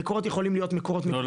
המקורות יכולים להיות מקורות --- לא,